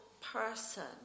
person